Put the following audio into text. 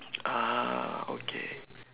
ah okay